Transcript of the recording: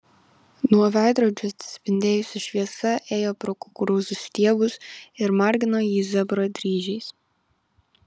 nuo veidrodžių atsispindėjusi šviesa ėjo pro kukurūzų stiebus ir margino jį zebro dryžiais